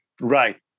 Right